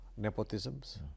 nepotisms